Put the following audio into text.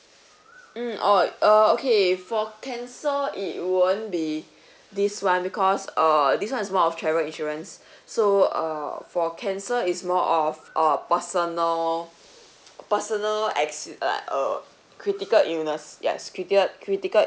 mm oh uh okay for cancer it won't be this one because err this one is more of travel insurance so uh for cancer is more of uh personal personal acci~ a~ uh critical illness yes critial~ critical